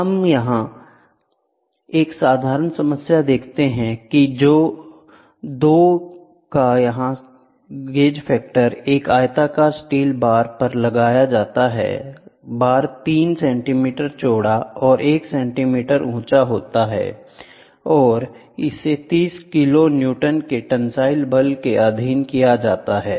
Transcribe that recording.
अब हम एक साधारण समस्या देखते हैं कि 2 का गेज फैक्टर एक आयताकार स्टील बार पर लगाया जाते है बार 3 सेंटीमीटर चौड़ा और 1 सेंटीमीटर ऊंचा होता है और इसे 30 किलो न्यूटन के टेंसिल बल के अधीन किया जाता है